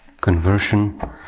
conversion